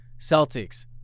Celtics